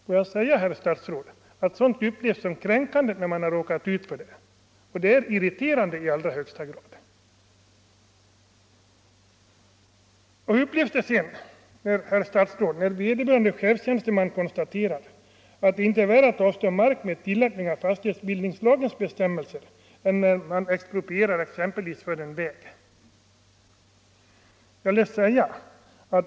Får jag säga, herr statsråd, att sådant upplevs som kränkande av den som drabbas av det och är i högsta grad irriterande. Och hur upplevs det, herr statsråd, när vederbörande chefstjänsteman konstaterar att det inte är värre att tvingas avstå mark med tillämpning av fastighetsbildningslagen än att bli föremål för expropriation i samband med ett vägbygge?